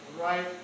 right